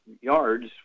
yards